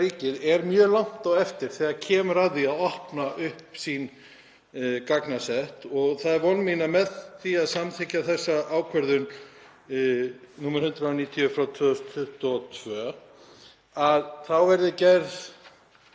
ríkið er mjög langt á eftir þegar kemur að því að opna upp sín gagnasett. Það er von mín að með því að samþykkja þessa ákvörðun nr. 190/2022 verði gert